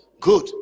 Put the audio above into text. Good